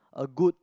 a good